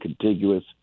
contiguous